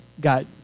got